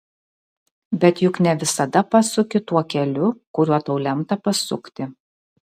bet juk ne visada pasuki tuo keliu kuriuo tau lemta pasukti